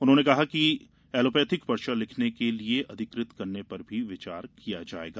उन्होने कहा कि उन्हें ऐलोपैथी पर्चा लिखने के लिये अधिकृत करने पर भी विचार किया जायेगा